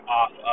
off